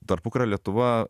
tarpukario lietuva